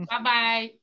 Bye-bye